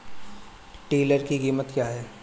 Tiller की कीमत क्या है?